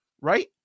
right